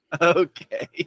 Okay